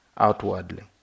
Outwardly